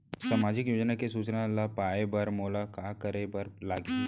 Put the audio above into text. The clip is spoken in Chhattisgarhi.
सामाजिक योजना के सूचना ल पाए बर मोला का करे बर लागही?